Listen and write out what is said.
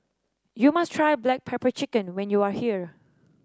you must try Black Pepper Chicken when you are here